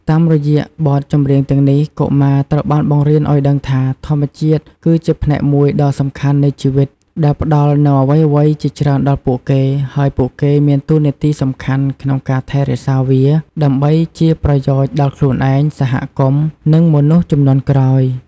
តាមរយៈបទចម្រៀងទាំងនេះ កុមារត្រូវបានបង្រៀនឲ្យដឹងថា ធម្មជាតិគឺជាផ្នែកមួយដ៏សំខាន់នៃជីវិត ដែលផ្តល់នូវអ្វីៗជាច្រើនដល់ពួកគេ ហើយពួកគេមានតួនាទីសំខាន់ក្នុងការថែរក្សាវា ដើម្បីជាប្រយោជន៍ដល់ខ្លួនឯង សហគមន៍ និងមនុស្សជំនាន់ក្រោយ។